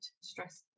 stressful